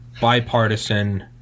bipartisan